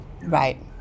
Right